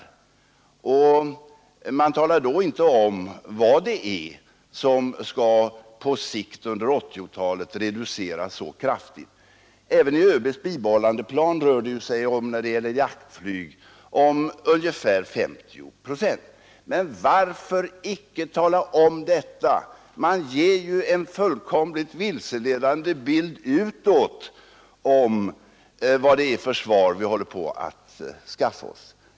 Man talar då inte om vad det är som på sikt under 1980-talet skall reduceras så kraftigt. Även i ÖB:s bibehållandeplan rör sig ju reduceringen när det gäller jaktflyg om ungefär 50 procent. Men varför icke tala om detta? Man ger ju en fullkomligt vilseledande bild utåt om vad det är för försvar vi håller på att skaffa oss.